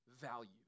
value